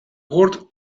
word